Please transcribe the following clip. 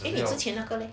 eh 你之前那个 leh